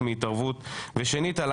של